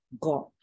God